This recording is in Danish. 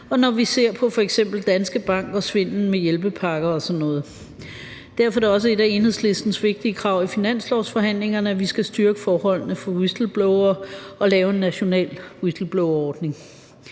og når vi ser på f.eks. Danske Bank og svindlen med hjælpepakker og sådan noget. Derfor er det også et af Enhedslistens vigtige krav i finanslovsforhandlingerne, at vi skal styrke forholdene for whistleblowere og lave en national whistleblowerordning.